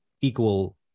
equal